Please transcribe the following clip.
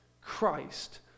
Christ